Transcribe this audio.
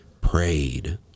prayed